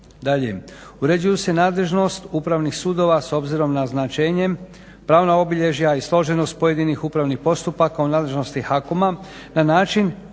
uređuju se nadležnost upravnih sudova s obzirom na značenjem, pravna obilježja i složenost pojedinih upravnih postupaka o nadležnosti HAKOM-a na način